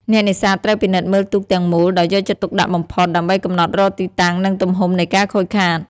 អ្នកនេសាទត្រូវពិនិត្យមើលទូកទាំងមូលដោយយកចិត្តទុកដាក់បំផុត ដើម្បីកំណត់រកទីតាំងនិងទំហំនៃការខូចខាត។